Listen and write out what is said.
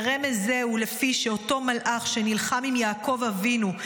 ורמז זה הוא לפי שאותו מלאך שנלחם עם יעקב אבינו,